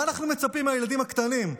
מה אנחנו מצפים מהילדים הקטנים?